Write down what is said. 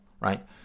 right